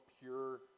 pure